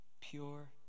pure